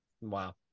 Wow